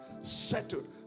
settled